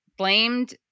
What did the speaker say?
blamed